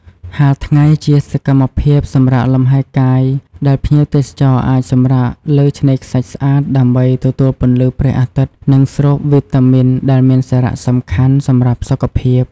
ហាលថ្ងៃ ជាសកម្មភាពសម្រាកលំហែកាយដែលភ្ញៀវទេសចរអាចសម្រាកលើឆ្នេរខ្សាច់ស្អាត ដើម្បីទទួលពន្លឺព្រះអាទិត្យ និងស្រូបវីតាមីន ដែលមានសារៈសំខាន់ សម្រាប់សុខភាព។